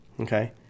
Okay